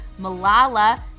Malala